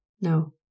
No